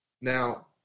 Now